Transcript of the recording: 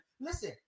Listen